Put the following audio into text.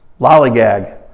lollygag